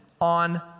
on